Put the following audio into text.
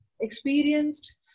experienced